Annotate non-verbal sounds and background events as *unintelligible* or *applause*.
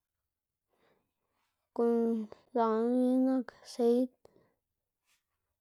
guꞌn *unintelligible* nak seid.